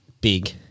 big